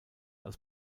als